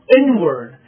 inward